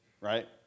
right